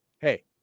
hey